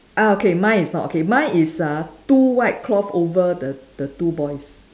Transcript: uh okay mine is not okay mine is uh two white cloth over the the two boys